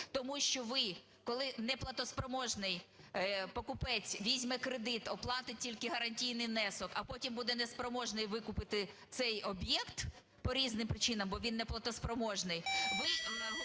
Тому що ви, коли неплатоспроможний покупець візьме кредит, оплатить тільки гарантійний внесок, а потім буде неспроможний викупити цей об'єкт, по різним причинам, бо він не платоспроможний,